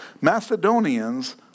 Macedonians